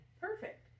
Perfect